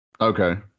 okay